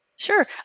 Sure